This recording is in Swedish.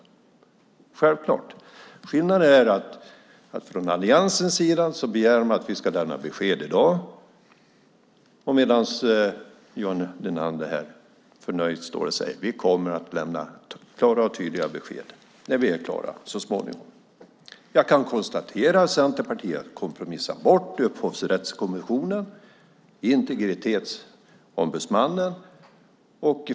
Det är självklart. Skillnaden är att alliansen begär att vi ska lämna besked i dag medan Johan Linander förnöjt står och säger att de kommer att lämna klara och tydliga besked så småningom, när de är färdiga. Jag kan konstatera att Centerpartiet har kompromissat bort en upphovsrättskommission och en integritetsombudsman.